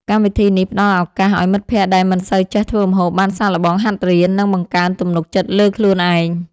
កម្មវិធីនេះផ្ដល់ឱកាសឱ្យមិត្តភក្តិដែលមិនសូវចេះធ្វើម្ហូប បានសាកល្បងហាត់រៀន និងបង្កើនទំនុកចិត្តលើខ្លួនឯង។